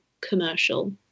commercial